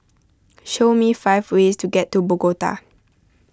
show me five ways to get to Bogota